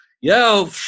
yo